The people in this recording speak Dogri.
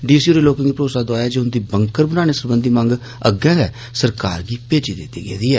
डी सी होरें लोकें गी भरोसा दोआया जे उन्दी बंकर बनाने सरबंधी मंग अग्गै गै सरकार गी भेजी दिती गेदी ऐ